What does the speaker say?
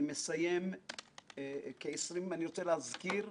אני רוצה להזכיר,